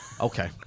okay